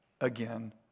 again